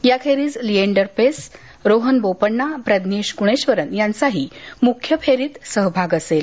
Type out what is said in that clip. याखेरीज लिएंडर पेस रोहन बोपन्ना प्रज्ञेश ग्रणेश्वरन यांचा मुख्य फेरीत सहभाग असेल